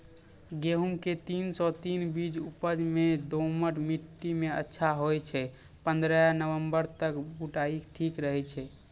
गेहूँम के तीन सौ तीन बीज उपज मे दोमट मिट्टी मे अच्छा होय छै, पन्द्रह नवंबर तक बुआई ठीक रहै छै